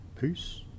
peace